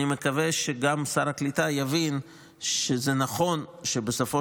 אני מקווה שגם שר הקליטה יבין שזה נכון שבסופו